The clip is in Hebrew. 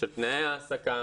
של תנאי העסקה.